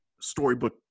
storybook